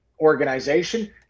organization